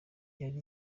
yari